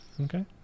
Okay